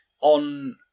On